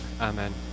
amen